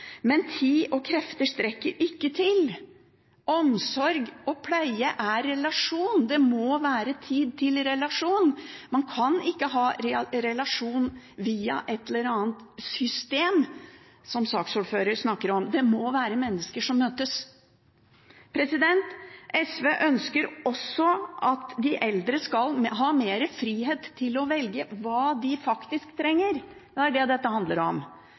men tid og krefter strekker ikke til. Omsorg og pleie er relasjon. Det må være tid til relasjon, man kan ikke ha relasjon via et eller annet system, som saksordføreren snakker om. Det må være mennesker som møtes. SV ønsker også at de eldre skal ha mer frihet til å velge hva de faktisk trenger – det er det dette handler om.